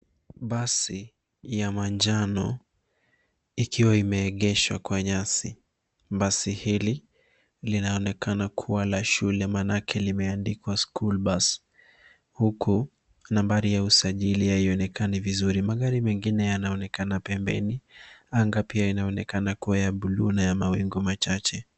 Basi ya manjano ikiwa imeegeshwa kwa nyasi. Basi hili linaonekana kuwa la shule manake limeandikwa school bus , huku nambari ya usajili haionekani vizuri. Magari mengine yanaonekana pembeni. Anga pia inaonekana kuwa ya buluu na ya mawingu machache.